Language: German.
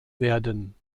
werden